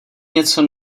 něco